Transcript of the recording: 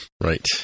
right